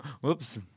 Whoops